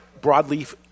broadleaf